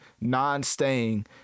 non-staying